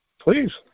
Please